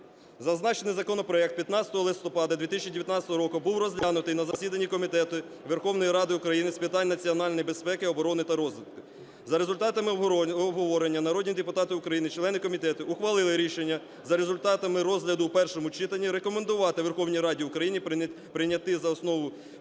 Зазначений законопроект 15 листопада 2019 року був розглянутий на засіданні Комітету Верховної Ради України з питань національної безпеки, оборони та розвідки. За результатами обговорення народні депутати України члени комітету ухвалили рішення: за результатами розгляду у першому читанні рекомендувати Верховній Раді України прийняти за основу